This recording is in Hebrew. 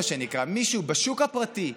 שמישהו בשוק הפרטי,